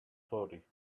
story